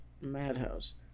Madhouse